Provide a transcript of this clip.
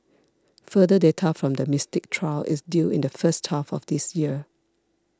further data from the Mystic trial is due in the first half of this year